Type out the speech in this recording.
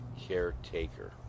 caretaker